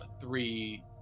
three